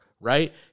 Right